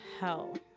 hell